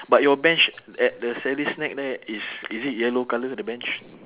but your bench at the sally's snack there is is it yellow colour the bench